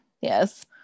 yes